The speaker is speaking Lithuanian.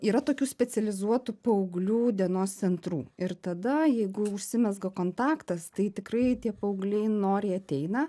yra tokių specializuotų paauglių dienos centrų ir tada jeigu užsimezga kontaktas tai tikrai tie paaugliai noriai ateina